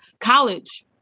college